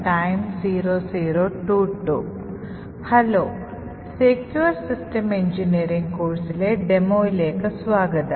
hello secure systems engineering കോഴ്സിലെ ഡെമോലേക്ക് സ്വാഗതം